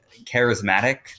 charismatic